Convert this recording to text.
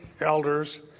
elders